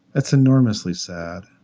that's enormously sad.